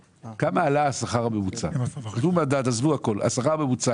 להתחיל להשוות את השכר של ראש ממשלה